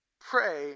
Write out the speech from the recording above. pray